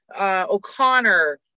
O'Connor